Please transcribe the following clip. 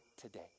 today